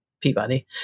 Peabody